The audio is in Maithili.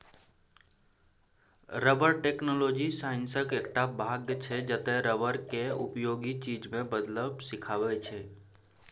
रबर टैक्नोलॉजी साइंसक एकटा भाग छै जतय रबर केँ उपयोगी चीज मे बदलब सीखाबै छै